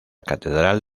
catedral